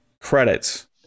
credits